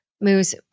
moves